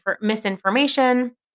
misinformation